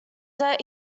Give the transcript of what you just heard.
that